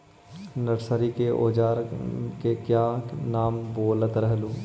Nursery के ओजार के क्या नाम बोलत रहलू?